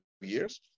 years